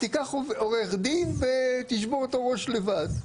תיקח עורך דין ותשבור את הראש לבד.